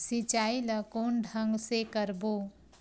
सिंचाई ल कोन ढंग से करबो?